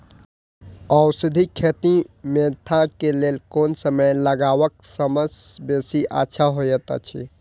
औषधि खेती मेंथा के लेल कोन समय में लगवाक सबसँ बेसी अच्छा होयत अछि?